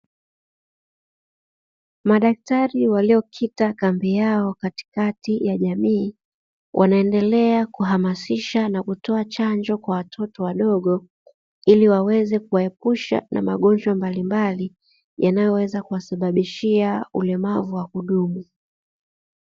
Madaktari waliyokita kambi yao katikati ya jamii, wanaendelea kuhamasisha na kutoa chanjo kwa watoto wadogo, ili waweze kuwaepusha na magonjwa mbalimbali, yanayoweza kuwasababishia ulemavu wa kudumu.